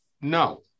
No